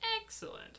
Excellent